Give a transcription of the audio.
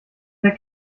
der